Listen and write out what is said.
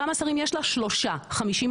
כמה שרים יש לה שלושה 50%,